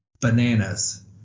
bananas